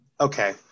Okay